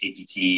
APT